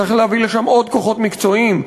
צריך להביא לשם עוד כוחות מקצועיים,